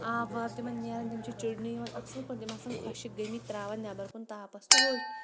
آب واب تِمَن نیران تِم چھِ چیٖرنہٕ یِوان اصل پٲٹھۍ یِم آسان خۄشِک گٔمٕتۍ تراوان نیٚبَر کُن تاپَس تہٕ ہۄکھۍ